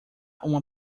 uma